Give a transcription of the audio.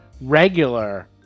regular